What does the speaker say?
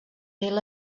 mil